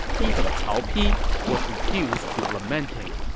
even cao pi was reduced to lamenting,